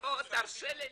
--- לא, תרשה לי.